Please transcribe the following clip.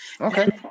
Okay